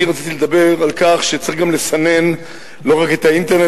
אני רציתי לדבר על כך שצריך לסנן לא רק את האינטרנט,